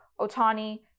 Otani